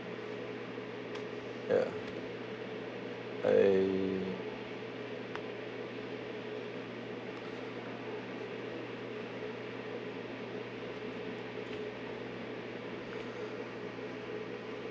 ya I